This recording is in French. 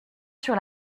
sur